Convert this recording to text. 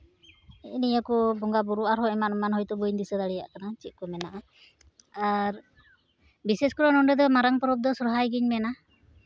ᱦᱮᱸᱜᱼᱮ ᱱᱤᱭᱟᱹ ᱠᱚ ᱵᱚᱸᱜᱟᱼᱵᱩᱨᱩ ᱟᱨᱦᱚᱸ ᱮᱢᱟᱱ ᱮᱢᱟᱱ ᱦᱳᱭᱛᱳ ᱵᱟᱹᱧ ᱫᱤᱥᱟᱹ ᱫᱟᱬᱮᱭᱟᱜ ᱠᱟᱱᱟ ᱟᱨ ᱪᱮᱫ ᱠᱚ ᱢᱮᱱᱟᱜᱼᱟ ᱟᱨ ᱵᱤᱥᱮᱥ ᱠᱚᱨᱮ ᱱᱚᱸᱰᱮ ᱫᱚ ᱢᱟᱨᱟᱝ ᱯᱚᱨᱚᱵᱽ ᱫᱚ ᱥᱚᱦᱚᱨᱟᱭ ᱜᱤᱧ ᱢᱮᱱᱟ